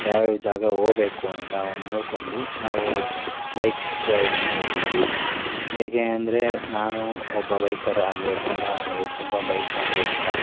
ಯಾವ ಯಾವ ಜಾಗ ಹೋಬೇಕು ಅಂತ ಒಂದು ನೋಡಿಕೊಂಡು ನಾವು ಬೈಕ್ ರೈಡನ್ನು ಹೋಗಿದ್ವಿ ಹೇಗೆ ಅಂದರೆ ನಾನು ಒಬ್ಬ ಬೈಕರ್ ಆಗಿರೋದರಿಂದ ನನಗೆ ತುಂಬ ಬೈಕ್ಗಳಂದರೆ ಇಷ್ಟ